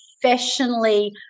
professionally